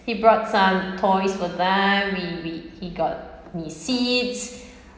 he brought some toys for them we we he got me seats